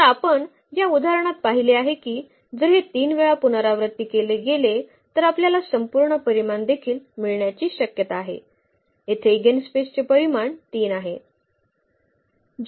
तर आपण या उदाहरणात पाहिले आहे की जर हे 3 वेळा पुनरावृत्ती केले गेले तर आपल्याला संपूर्ण परिमाण देखील मिळण्याची शक्यता आहे येथे इगेनस्पेसचे परिमाण 3 आहे